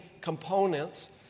components